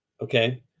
Okay